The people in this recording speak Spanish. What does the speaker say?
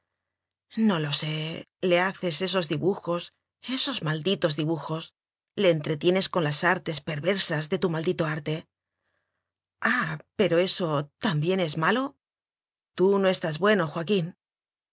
no lo sé le haces esos dibujos esos malditos dibujos le entretienes con las artes perversas de tu maldito arte ah pero eso también es malo tú no estás bueno joaquín